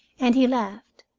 and he laughed.